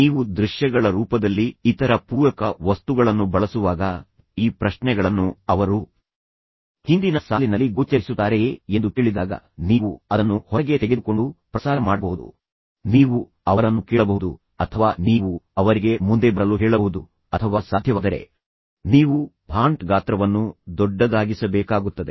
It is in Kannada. ನೀವು ದೃಶ್ಯಗಳ ರೂಪದಲ್ಲಿ ಇತರ ಪೂರಕ ವಸ್ತುಗಳನ್ನು ಬಳಸುವಾಗ ಈ ಪ್ರಶ್ನೆಗಳನ್ನು ಅವರು ಹಿಂದಿನ ಸಾಲಿನಲ್ಲಿ ಗೋಚರಿಸುತ್ತಾರೆಯೇ ಎಂದು ಕೇಳಿದಾಗ ನೀವು ಅದನ್ನು ಹೊರಗೆ ತೆಗೆದುಕೊಂಡು ಪ್ರಸಾರ ಮಾಡಬಹುದು ನೀವು ಅವರನ್ನು ಕೇಳಬಹುದು ಅಥವಾ ನೀವು ಅವರಿಗೆ ಮುಂದೆ ಬರಲು ಹೇಳಬಹುದು ಅಥವಾ ಸಾಧ್ಯವಾದರೆ ನೀವು ಫಾಂಟ್ ಗಾತ್ರವನ್ನು ದೊಡ್ಡದಾಗಿಸಬೇಕಾಗುತ್ತದೆ